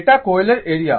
এটা কয়েলের এরিয়া